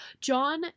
John